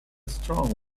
strong